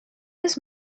this